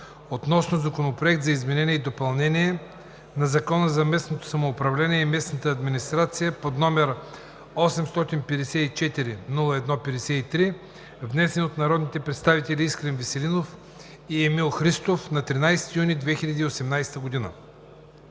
относно Законопроект за изменение и допълнение на Закона за местното самоуправление и местната администрация, № 854-01-53, внесен от народните представители Искрен Веселинов и Емил Христов на 13 юни 2018 г.